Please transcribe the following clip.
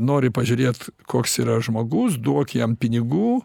nori pažiūrėt koks yra žmogus duok jam pinigų